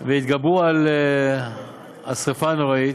ויתגברו על השרפה הנוראה,